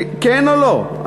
כן או לא?